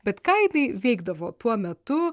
bet ką jinai veikdavo tuo metu